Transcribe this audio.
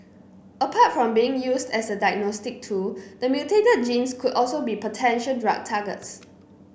apart from being used as a diagnostic tool the mutated genes could also be potential drug targets